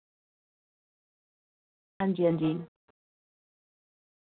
अंजी अंजी